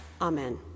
Amen